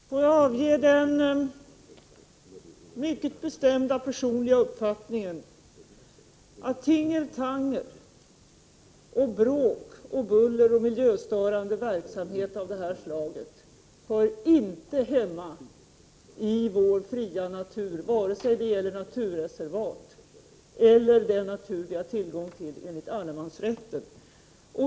Fru talman! Jag vill avge den mycket bestämda personliga uppfattningen att tingeltangel, bråk, buller och miljöstörande verksamhet av detta slag inte hör hemma i vår fria natur, vare sig det gäller naturreservat eller den natur vi har tillgång till enligt allemansrätten.